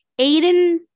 Aiden